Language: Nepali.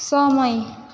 समय